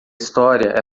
história